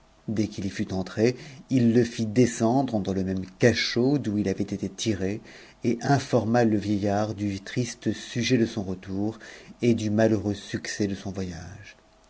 dès qu'il y fut entré it le fit descendre dans le même cachot d'où il avait été tiré et informa le vieillard du triste sujet de son retour et du malheureux succès de son voyage